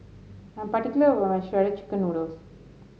I'm particular about my Shredded Chicken Noodles